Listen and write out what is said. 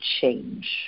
change